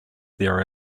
their